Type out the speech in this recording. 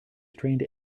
trained